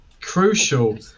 crucial